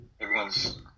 everyone's